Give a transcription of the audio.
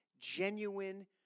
genuine